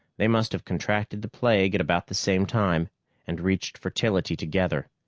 they must have contracted the plague at about the same time and reached fertility together.